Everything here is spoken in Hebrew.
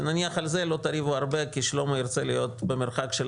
שנניח על זה לא תריבו הרבה כי שלמה ירצה להיות במרחק של